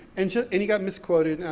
and yeah and he got misquoted.